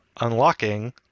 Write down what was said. Unlocking